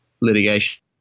litigation